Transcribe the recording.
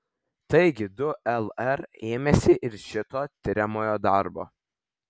taigi du lr ėmėsi ir šito tiriamojo darbo